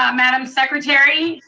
um madam secretary,